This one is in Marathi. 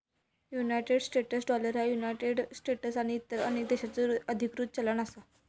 युनायटेड स्टेट्स डॉलर ह्या युनायटेड स्टेट्स आणि इतर अनेक देशांचो अधिकृत चलन असा